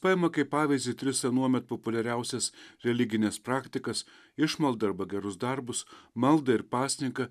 paima kaip pavyzdį tris anuomet populiariausias religines praktikas išmaldą arba gerus darbus maldą ir pasninką